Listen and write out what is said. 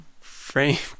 framed